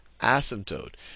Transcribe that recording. asymptote